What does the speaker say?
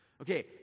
Okay